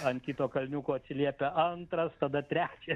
ant kito kalniuko atsiliepia antras tada trečias